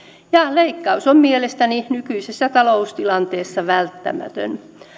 leikkaus on mielestäni nykyisessä taloustilanteessa välttämätön